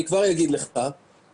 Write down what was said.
אני כבר אגיד לך שלהערכתי,